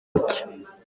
bucya